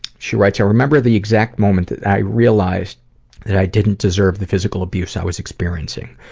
she writes, i remember the exact moment that i realized that i didn't deserve the physical abuse i was experiencing.